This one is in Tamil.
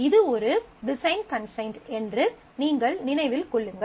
இது ஒரு டிசைன் கன்ஸ்டரைண்ட் என்று நீங்கள் நினைவில் கொள்ளுங்கள்